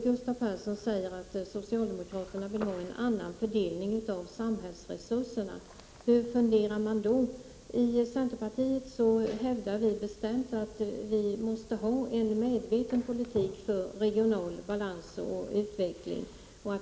Gustav Persson hävdar att socialdemokraterna vill ha en annan fördelning av samhällsresurserna. Hur funderar man då? I centerpartiet hävdar vi bestämt att vi måste ha en medveten politik för regional balans och utveckling.